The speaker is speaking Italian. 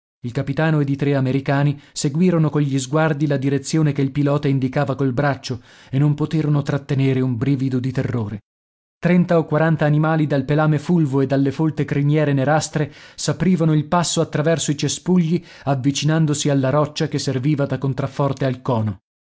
il capitano ed i tre americani seguirono cogli sguardi la direzione che il pilota indicava col braccio e non poterono trattenere un brivido di terrore trenta o quaranta animali dal pelame fulvo e dalle folte criniere nerastre s'aprivano il passo attraverso i cespugli avvicinandosi alla roccia che serviva da contrafforte al cono